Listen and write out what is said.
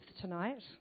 tonight